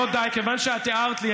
לא די, מכיוון שאת הערת לי.